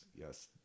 yes